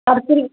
ଅଡ଼ ତିରିଶ